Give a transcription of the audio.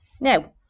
Now